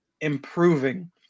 improving